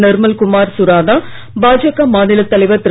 நிர்மல் குமார் சுரானா பாஜக மாநில தலைவர் திரு